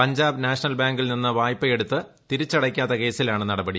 Punjab national ബാങ്കിൽ നിന്ന് വായ്പയെടുത്ത് തിരിച്ചടക്കാത്ത കേസിലാണ് നടപടി